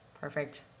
Perfect